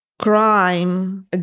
crime